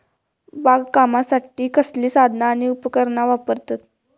बागकामासाठी कसली साधना आणि उपकरणा वापरतत?